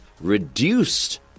Reduced